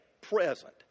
present